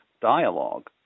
dialogue